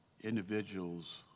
individuals